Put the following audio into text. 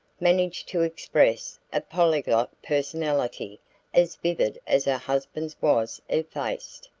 managed to express a polyglot personality as vivid as her husband's was effaced.